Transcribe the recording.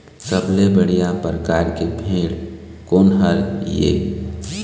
सबले बढ़िया परकार के भेड़ कोन हर ये?